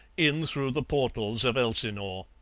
in through the portals of elsinore.